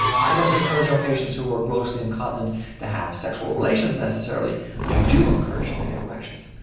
i don't encourage our patients who are grossly incontinent to have sexual relations necessarily i do encourage them to get erections.